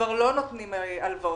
כבר לא נותנים הלוואות,